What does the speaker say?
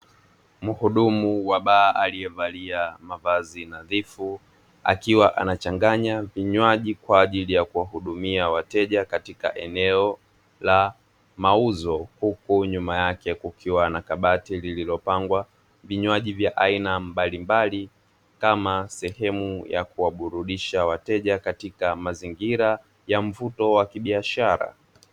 Muhudumu wa baa aliyevalia mavazi nadhifu akiwa anachanganya vinywaji, kwa ajili ya kuwahudumia wateja katika eneo la mauzo. Huku nyuma yake kukiwa na kabati lililopangwa vinywaji vya aina mbalimbali kama sehemu ya kuaburudisha wateja katika mazingira ya mvuto wa kibiashara.